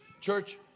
church